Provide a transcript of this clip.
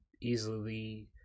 easily